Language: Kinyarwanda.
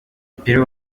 peter